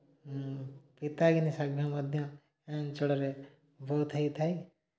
ପିତାଗିନି ଶାଗ ମଧ୍ୟ ଏ ଅଞ୍ଚଳରେ ବହୁତ ହେଇଥାଏ